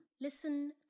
listen